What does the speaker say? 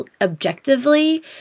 objectively